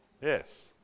Yes